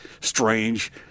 strange